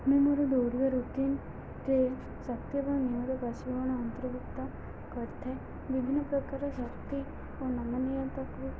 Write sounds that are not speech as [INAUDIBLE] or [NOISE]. ମୁଁ ମୋର ଦୌଡ଼ିବା ରୁଟିନ୍ ଟେ ଶକ୍ତି ଏବଂ [UNINTELLIGIBLE] ଅନ୍ତର୍ଭୁକ୍ତ କରିଥାଏ ବିଭିନ୍ନ ପ୍ରକାର ଶକ୍ତି ଓ ନମନିିୟତାକୁ